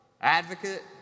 advocate